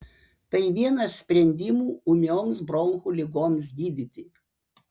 tai vienas sprendimų ūmioms bronchų ligoms gydyti